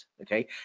okay